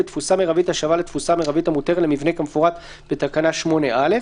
בתפוסה מרבית השווה לתפוסה המרבית המותרת למבנה כמפורט בתקנה 8(א),